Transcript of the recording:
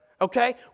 Okay